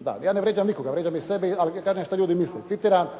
Da. Ja ne vrijeđam nikoga. Vrijeđam i sebe i govorim što ljudi misle. Citiram